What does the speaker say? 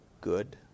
good